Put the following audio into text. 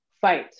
fight